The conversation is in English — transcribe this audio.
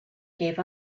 gave